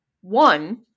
one